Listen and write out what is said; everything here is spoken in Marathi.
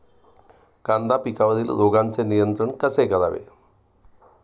कांदा पिकावरील रोगांचे नियंत्रण कसे करावे?